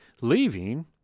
leaving